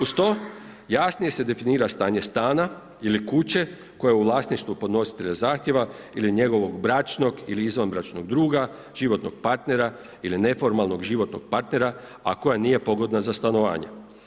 Uz to jasnije se definira stanje stana ili kuće koja je u vlasništvu podnositelja zahtjeva ili njegovog bračnog ili izvanbračnog druga, životnog partnera ili neformalnog životnog partnera, a koja nije pogodna za stanovanje.